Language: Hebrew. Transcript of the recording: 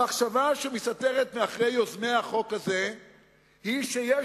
המחשבה שמסתתרת מאחורי החוק הזה היא שיש